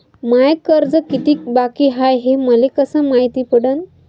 माय कर्ज कितीक बाकी हाय, हे मले कस मायती पडन?